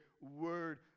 word